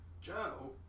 Joe